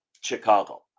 Chicago